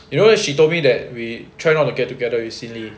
you know like she told me that we try not to get together with sin lee